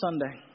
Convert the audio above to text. Sunday